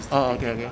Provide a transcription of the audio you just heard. oh okay okay